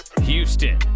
houston